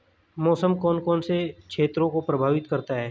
मौसम कौन कौन से क्षेत्रों को प्रभावित करता है?